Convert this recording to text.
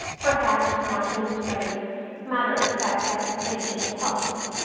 perhaps martin sprague's matter-of-fact explanation had helped me.